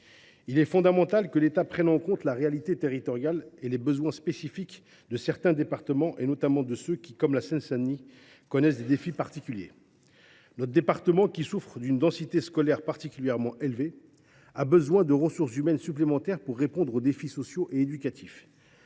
Il est fondamental que l’État prenne en compte la réalité territoriale et les besoins spécifiques de certains départements, notamment de ceux qui, comme la Seine Saint Denis, connaissent des défis particuliers. Notre département, qui souffre d’une densité scolaire particulièrement élevée, a en effet besoin de ressources humaines supplémentaires pour répondre aux défis sociaux et éducatifs.